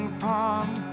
pond